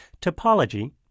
topology